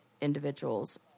individuals